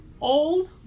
old